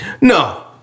No